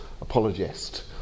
apologist